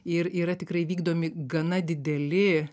ir yra tikrai vykdomi gana dideli